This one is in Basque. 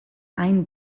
hain